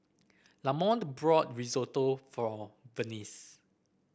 Lamonte bought Risotto for Vince